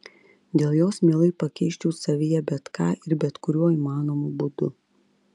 dėl jos mielai pakeisčiau savyje bet ką ir bet kuriuo įmanomu būdu